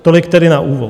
Tolik tedy na úvod.